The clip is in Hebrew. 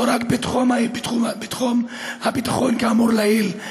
לא רק בתחום הביטחון כאמור לעיל,